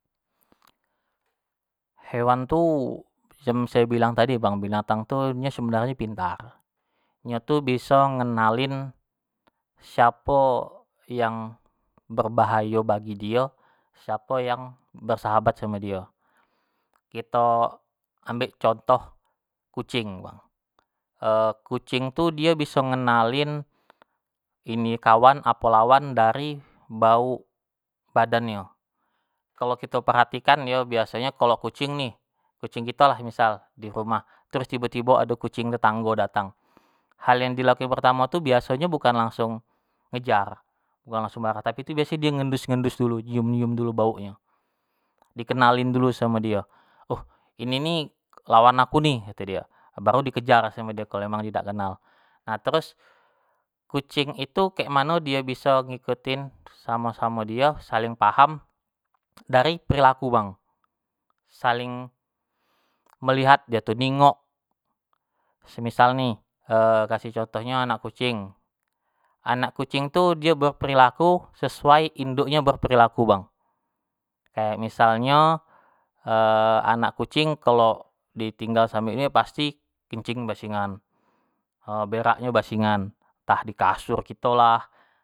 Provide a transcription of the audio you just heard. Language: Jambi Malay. Hewan tu cem sayo bilang tadi bang binatang tu nyo sebanrnyo pintar, nyo tu biso ngenalin siapo yang berbahayo bagi dio, siapo yang bersahabat samo dio, kito ambek contoh kucing, kucing tu dio bisa ngenalin ini kawan apo lawan dari bauk badannyo kalo kito perhatikan yo biaso nyo kalo kucing ni kucing kitolah missal dirumah terus tibo-tibo ado kucing tetanggo datang hal yang dilakui pertamo tu biasonyo bukan langsung ngejar, bukan langsung marah, tapi biaso nyo tu dio ngendus-ngendus dulu nyium-nyium dulu bauk nyo dikenalin dulu samo dio, uh ini ni lawan aku nih kato dio baru dikejar samo dio kalu emang dio dak kenal, nah terus kucing itu kek mano dio biso ngikutin samo samo dio saling paham dari perilaku bang saling melihat dio tu, ningok, semisal ne kasih contohnyo anak kucing, anak kucing tu dio beperilaku sesuai induknyo berperilaku bang, kayak misalnyo anak kucing kalo ditinggal samo induknyo pasti kencing basingan beraknyo basingan. entah dikasur kito lah.